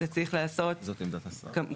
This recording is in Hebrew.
זה צריך להיעשות כמקובל,